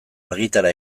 argitara